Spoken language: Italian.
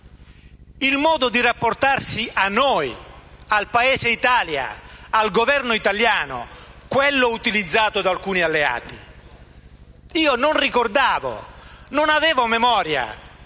il modo di rapportarsi a noi, al Paese Italia e al Governo italiano, utilizzato da alcuni alleati. Io non ricordo, non ho memoria